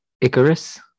Icarus